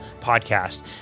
podcast